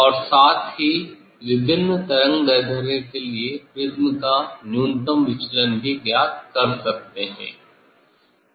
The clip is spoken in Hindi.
और साथ ही विभिन्न तरंगदैर्ध्य के लिए प्रिज्म का न्यूनतम विचलन ज्ञात कर सकते हैं